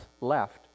left